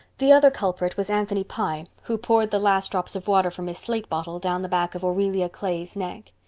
the other culprit was anthony pye, who poured the last drops of water from his slate bottle down the back of aurelia clay's neck.